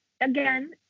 again